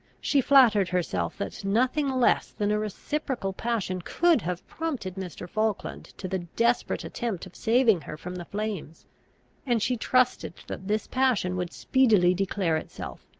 she flattered herself that nothing less than a reciprocal passion could have prompted mr. falkland to the desperate attempt of saving her from the flames and she trusted that this passion would speedily declare itself,